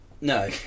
No